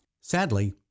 Sadly